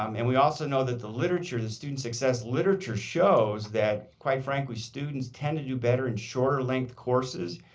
um and we also know that the literature, the student success literature shows that quite frankly students tend to do better in shorter length courses,